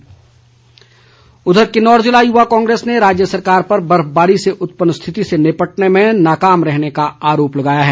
आरोप उधर किन्नौर जिला युवा कांग्रेस ने राज्य सरकार पर बर्फबारी से उत्पन्न स्थिति से निपटने में नाकाम रहने का आरोप लगाया है